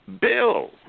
Bill